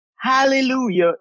hallelujah